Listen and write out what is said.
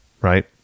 right